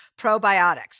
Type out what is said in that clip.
probiotics